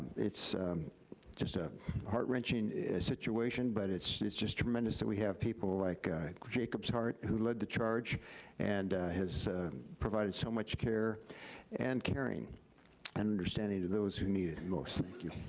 it's just a heart-wrenching situation, but it's it's just tremendous that we have people like jacob's heart who led the charge and has provided so much care and caring and understanding to those who need it most. thank you.